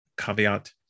Caveat